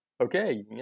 Okay